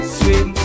swim